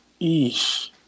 eesh